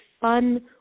fun